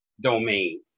domain